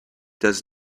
does